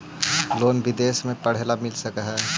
Loan विदेश में पढ़ेला मिल सक हइ?